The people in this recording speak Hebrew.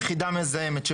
מזהמת,